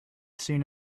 seen